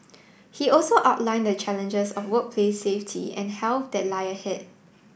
he also outlined the challenges of workplace safety and health that lie ahead